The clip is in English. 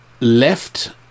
left